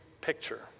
picture